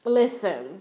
listen